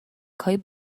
های